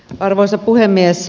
arvoisa puhemies